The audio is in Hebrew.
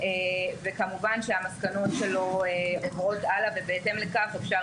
וכמובן שהמסקנות שלו מועברות הלאה ובהתאם לכך אפשר